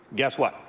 guess what?